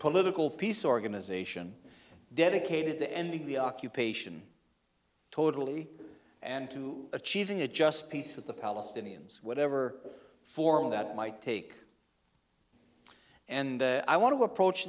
political peace organization dedicated to ending the occupation totally and to achieving a just peace with the palestinians whatever form that might take and i want to approach